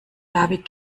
david